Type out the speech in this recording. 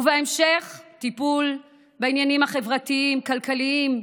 ובהמשך, טיפול בעניינים חברתיים, כלכליים,